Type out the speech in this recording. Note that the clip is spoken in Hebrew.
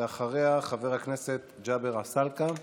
אחריה, חבר הכנסת ג'אבר עסאלקה.